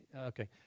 Okay